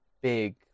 big